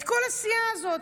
את כל הסיעה הזאת.